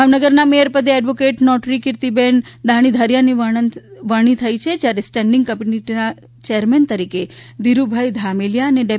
ભાવનગરના મેયર પદે advocate notary Kirtiben દાણીધારિયાની વરણી થઇ છે જ્યારે સ્ટેન્ડીંગ કમીટીનાં ચેરમેન તરીકે ધીરૂભાઇ ધામેલિયા અને ડે